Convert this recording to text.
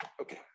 Okay